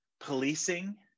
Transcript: policing